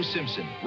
Simpson